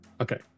Okay